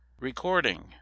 RECORDING